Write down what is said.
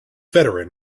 veteran